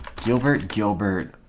gilbert gilbert